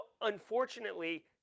unfortunately